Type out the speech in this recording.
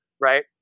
right